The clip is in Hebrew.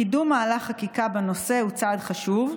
קידום מהלך חקיקה בנושא הוא צעד חשוב,